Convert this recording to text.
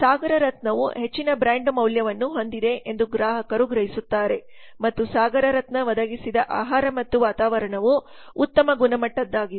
ಸಾಗರ್ ರತ್ನವು ಹೆಚ್ಚಿನ ಬ್ರಾಂಡ್ ಮೌಲ್ಯವನ್ನು ಹೊಂದಿದೆ ಎಂದು ಗ್ರಾಹಕರು ಗ್ರಹಿಸುತ್ತಾರೆ ಮತ್ತು ಸಾಗರ್ ರತ್ನ ಒದಗಿಸಿದ ಆಹಾರ ಮತ್ತು ವಾತಾವರಣವು ಉತ್ತಮ ಗುಣಮಟ್ಟದ್ದಾಗಿದೆ